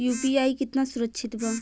UPI कितना सुरक्षित बा?